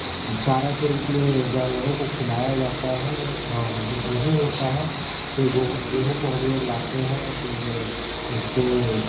चारा के रूप में जानवरों को खिलाया जाता है और जो गेहूँ होता है फिर वो गेहूँ को हम लोग लाते हैं फिर उसको